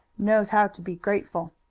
knows how to be grateful.